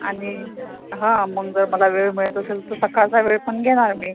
आणि हा मग जर मला वेळ मिळत असेल तर सकाळचा वेळ पण घेणार मी